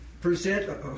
present